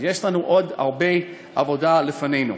אז יש לנו עוד הרבה עבודה לפנינו.